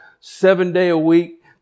seven-day-a-week